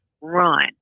run